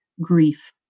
grief